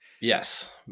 Yes